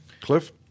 Cliff